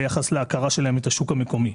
ביחס להכרה שלהם את השוק המקומי.